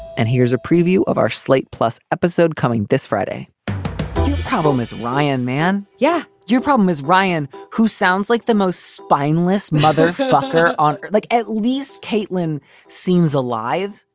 and here's a preview of our slate plus episode coming this friday problem is, ryan, man, yeah, your problem is ryan, who sounds like the most spineless motherfucker on like at least caitlin seems alive.